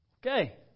Okay